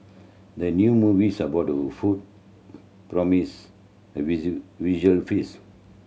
the new movies about food promise a visual feast